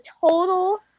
total